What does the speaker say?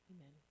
Amen